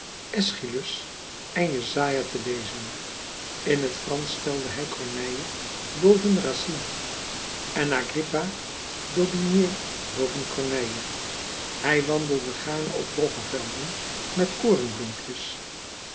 eschylus en jesaja te lezen in t fransch stelde hij corneille boven racine en agrippa d'aubigné boven corneille hij wandelde gaarne op roggevelden met